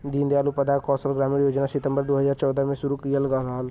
दीन दयाल उपाध्याय कौशल ग्रामीण योजना सितम्बर दू हजार चौदह में शुरू किहल गयल रहल